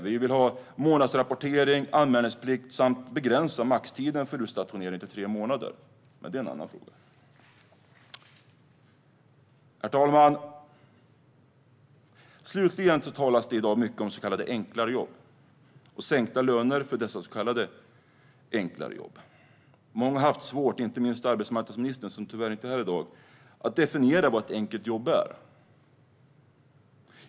Vi vill ha månadsrapportering, anmälningsplikt samt begränsa maxtiden till tre månader för utstationerad personal. Men det är en annan fråga. Herr talman! Det talas i dag mycket om så kallade enklare jobb och sänkta löner för dessa så kallade enklare jobb. Många har haft svårt - inte minst arbetsmarknadsministern, som tyvärr inte är här i dag - att definiera vad ett enkelt jobb är.